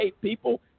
people